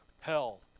hell